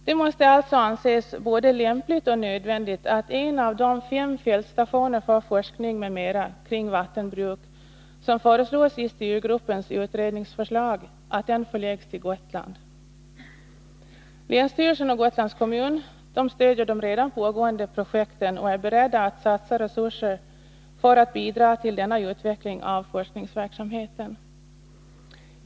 Det måste alltså anses både lämpligt och nödvändigt att en av de fem fältstationer för forskning m.m. om vattenbruk som nämns i styrgruppens utredningsförslag förläggs till Gotland. Länsstyrelsen och Gotlands kommun stöder de redan pågående projekten och är beredda att satsa resurser för att bidra till en utveckling av forskningsverksamheten.